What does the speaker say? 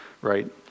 right